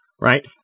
right